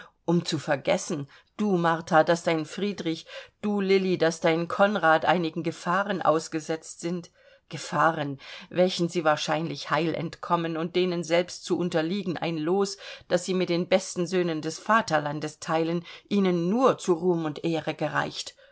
um zu vergessen du martha daß dein friedrich du lilli daß dein konrad einigen gefahren ausgesetzt sind gefahren welchen sie wahrscheinlich heil entkommen und denen selbst zu unterliegen ein los das sie mit den besten söhnen des vaterlandes teilen ihnen nur zu ruhm und ehre gereicht